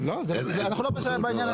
לא, אנחנו לא בשלב, בעניין.